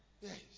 Yes